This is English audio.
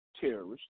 terrorists